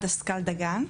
דסקל-דגן,